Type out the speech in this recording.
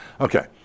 Okay